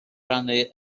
rannu